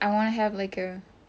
like a space is what you need